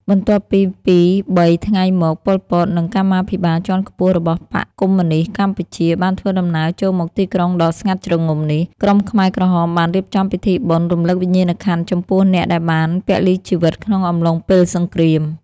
បន្ទាប់ពី ២ ៣ ថ្ងៃមក ប៉ុល ពត និងកម្មាភិបាលជាន់ខ្ពស់របស់បក្សកុម្មុយនីស្តកម្ពុជាបានធ្វើដំណើរចូលមកទីក្រុងដ៏ស្ងាត់ជ្រងំនេះ ក្រុមខ្មែរក្រហមបានរៀបចំពិធីបុណ្យរំឭកវិញ្ញាណក្ខន្ធចំពោះអ្នកដែលបានពលីជីវិតក្នុងអំឡុងពេលសង្គ្រាម។